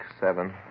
seven